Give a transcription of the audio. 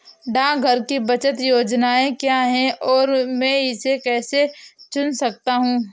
डाकघर की बचत योजनाएँ क्या हैं और मैं इसे कैसे चुन सकता हूँ?